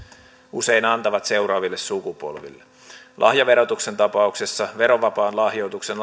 usein antavat seuraaville sukupolville lahjaverotuksen tapauksessa verovapaan lahjoituksen